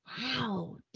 Wow